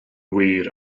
wir